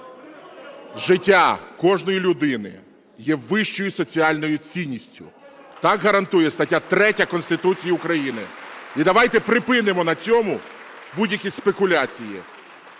життя кожної людини є вищою соціальною цінністю. Так гарантує стаття 3 Конституції України. І давайте припинимо на цьому будь-які спекуляції.